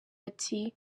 ati